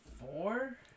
four